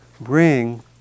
bring